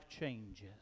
changes